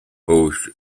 hosts